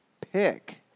pick